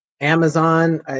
Amazon